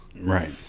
Right